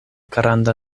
granda